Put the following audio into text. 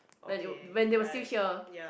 when it when they're still here